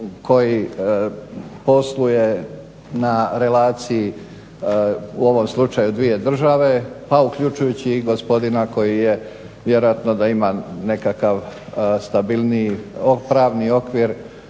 koji posluje na relaciji u ovom slučaju dvije države, pa uključujući i gospodina koji je vjerojatno da ima nekakav stabilniji pravni okvir